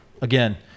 again